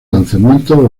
lanzamiento